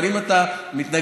אבל אם אתה מתנגד,